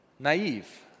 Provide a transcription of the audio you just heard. Naive